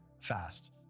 fast